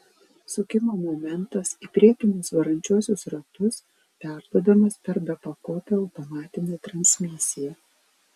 sukimo momentas į priekinius varančiuosius ratus perduodamas per bepakopę automatinę transmisiją